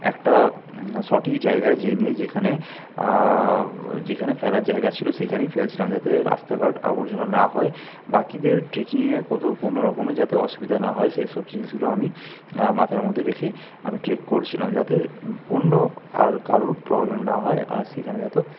একটা সঠিক জায়গায় যেয়ে নিয়ে যেখানে যেখানে ফেলার জায়গা ছিল সেইখানেই ফেলেছিলাম যাতে রাস্তাঘাট আবর্জনা না হয় বাকিদের ট্রেকিংয়ে কোতো কোনওরকমে যাতে অসুবিধা না হয় সেই সব জিনিসগুলো আমি মাথার মধ্যে রেখে আমি ট্রেক করছিলাম যাতে অন্য আর কারোর প্রবলেম না হয় আর সেখানে যতো